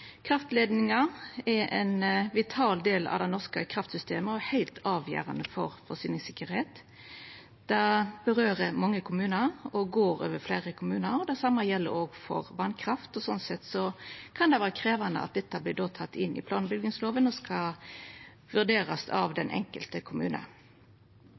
heilt avgjerande for forsyningssikkerheit. Det rører ved mange kommunar og går over fleire kommunar. Det same gjeld òg for vasskraft, og sånn sett kan det vera krevjande at dette vert teke inn i plan- og bygningsloven og skal vurderast av den enkelte kommune.